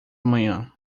manhã